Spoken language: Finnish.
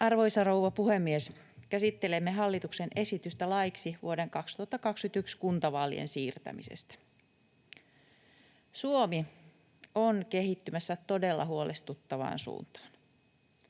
Arvoisa rouva puhemies! Käsittelemme hallituksen esitystä laiksi vuoden 2021 kuntavaalien siirtämisestä. Suomi on kehittymässä todella huolestuttavaan suuntaan.